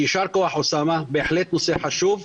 יישר כוח, אוסאמה, בהחלט נושא חשוב.